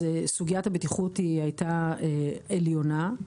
סוגיית הבטיחות הייתה עליונה.